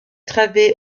travée